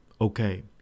okay